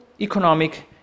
economic